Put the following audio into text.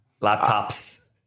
Laptops